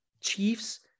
chiefs